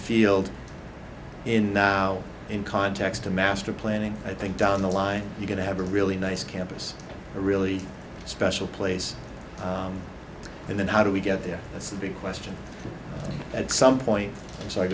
field in now in context to master planning i think down the line you're going to have a really nice campus a really special place and then how do we get there that's a big question at some point so